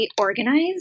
organized